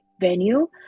venue